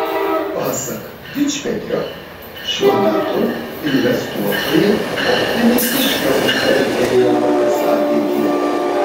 pasak dičpetrio šiuo metu investuotojai optimistiškiau žvelgia į europos ateitį